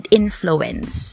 influence